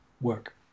work